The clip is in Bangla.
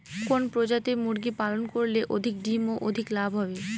কোন প্রজাতির মুরগি পালন করলে অধিক ডিম ও অধিক লাভ হবে?